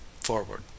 forward